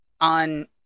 on